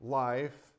life